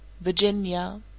Virginia